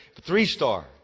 Three-star